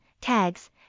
tags